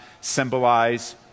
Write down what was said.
symbolize